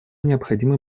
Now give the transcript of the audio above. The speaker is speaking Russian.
необходимы